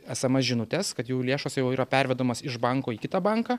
esemes žinutes kad jau lėšos jau yra pervedamos iš banko į kitą banką